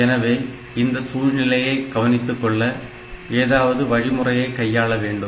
எனவே இந்த சூழ்நிலையை கவனித்துக்கொள்ள ஏதாவது வழிமுறையை கையாள வேண்டும்